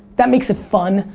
that makes it fun,